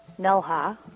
Nelha